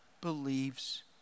believes